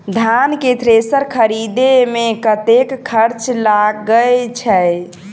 धान केँ थ्रेसर खरीदे मे कतेक खर्च लगय छैय?